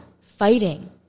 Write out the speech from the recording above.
fighting